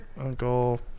Uncle